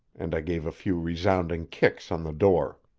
and i gave a few resounding kicks on the door.